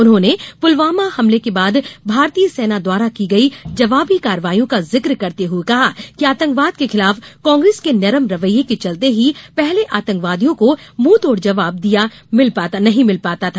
उन्होंने पुलवामा हमले के बाद भारतीय सेना द्वारा की गई जवाबी कार्यवाईयों का जिक्र करते हुये कहा कि आतंकवाद के खिलाफ कांग्रेस के नरम रवैया के चलते ही पहले आतंकवादियों को मुहतोड़ जवाब नहीं मिल पाता था